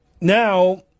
now